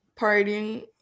partying